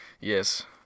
Yes